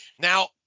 Now